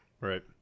Right